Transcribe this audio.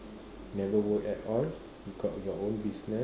never work at all you got your own business